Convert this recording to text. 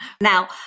Now